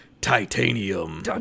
Titanium